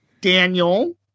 Daniel